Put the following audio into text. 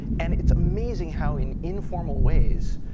and it's amazing how in informal ways,